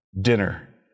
Dinner